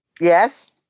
Yes